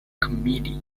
committee